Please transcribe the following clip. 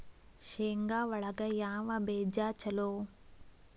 ಶೇಂಗಾ ಒಳಗ ಯಾವ ಬೇಜ ಛಲೋ?